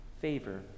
favor